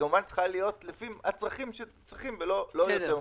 וכמובן שהיא צריכה להיות לפי הצרכים שצריכים ולא יותר מזה.